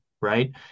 right